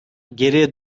geriye